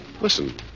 Listen